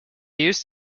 used